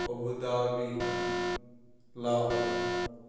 Abu Dhabi Lahore